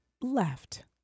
left